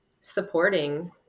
supporting